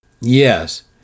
Yes